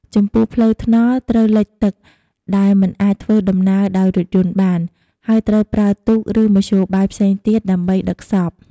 ចំពោះផ្លូវថ្នល់ត្រូវលិចទឹក ដែលមិនអាចធ្វើដំណើរដោយរថយន្តបាន ហើយត្រូវប្រើទូក ឬមធ្យោបាយផ្សេងទៀត ដើម្បីដឹកសព។